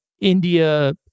India